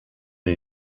new